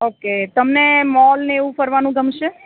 okay તમે mall ને એવું ફરવાનું ગમશે